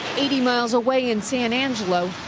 eighty miles away in san angelo,